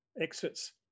exits